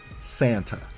Santa